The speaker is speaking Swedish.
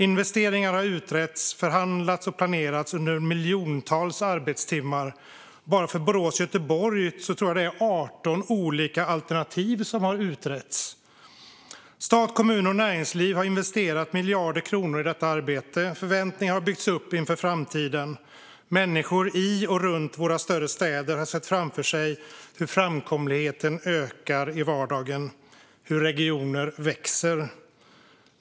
Investeringar har utretts, förhandlats och planerats under miljontals arbetstimmar. Bara för Borås-Göteborg tror jag att 18 olika alternativ har utretts. Stat, kommun och näringsliv har investerat miljarder kronor i detta arbete. Förväntningar har byggts upp inför framtiden. Människor i och runt våra större städer har sett framför sig hur framkomligheten ökar i vardagen och hur regioner växer.